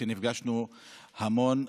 שנפגשנו המון.